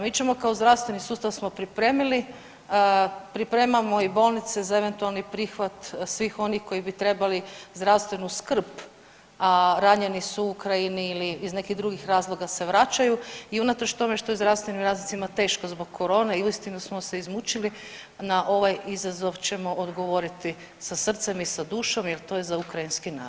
Mi ćemo kao zdravstveni sustav smo pripremili, pripremamo i bolnice za eventualni prihvat svih onih koji bi trebali zdravstvenu skrb, a ranjeni su Ukrajini ili iz nekih drugih razloga se vraćaju i unatoč tome što je zdravstvenim radnicima teško zbog korone i uistinu smo se izmučili na ovaj izazov ćemo odgovoriti sa srcem i sa dušom jer to je za ukrajinski narod.